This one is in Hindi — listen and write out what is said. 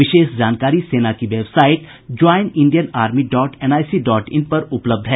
विशेष जानकारी सेना की website join Indian army dot NIC dot in पर उपलब्ध है